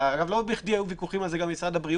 לא בכדי היו ויכוחים על זה גם בין משרד הבריאות